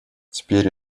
теперь